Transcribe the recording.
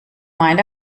meine